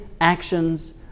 actions